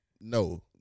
No